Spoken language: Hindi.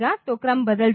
तो क्रम बदल जाएगा